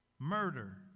Murder